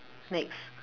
next